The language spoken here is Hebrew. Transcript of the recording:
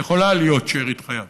יכולה להיות שארית חייו?